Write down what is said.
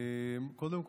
קודם כול,